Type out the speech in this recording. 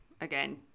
again